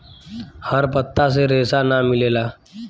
हर पत्ता से रेशा ना मिलेला